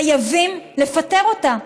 חייבים לפטר אותה,